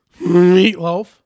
meatloaf